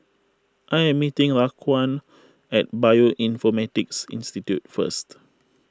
I am meeting Raquan at Bioinformatics Institute first